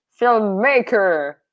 filmmaker